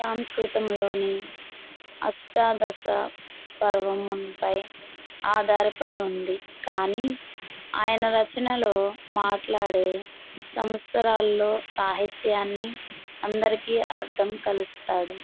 సాంస్కృతంలోని అష్టాదశ పర్వం పై ఆధారపడి ఉంది కానీ ఆయన రచనలో మాట్లాడే సంవత్సరాల్లో సాహిత్యాన్ని అందరికీ అర్థం కలుస్తాడు